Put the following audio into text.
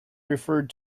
referred